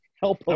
help